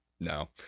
No